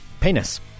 penis